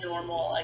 normal